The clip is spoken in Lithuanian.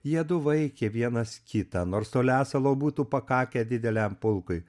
jiedu vaikė vienas kitą nors to lesalo būtų pakakę dideliam pulkui